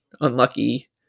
unlucky